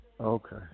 okay